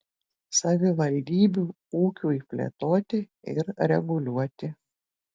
savivaldybių ūkiui plėtoti ir reguliuoti